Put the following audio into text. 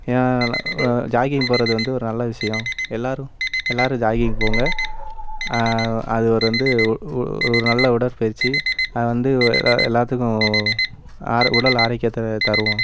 ஏன் ஜாக்கிங் போகிறது வந்து ஒரு நல்ல விஷயம் எல்லோரும் எல்லாரும் ஜாக்கிங் போங்க அது ஒரு வந்து ஒரு ஒரு நல்ல உடற்பயிற்சி அது வந்து எல்லாத்துக்கும் அரோ உடல் ஆரோக்கியத்தை தரும்